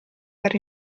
per